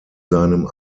seinem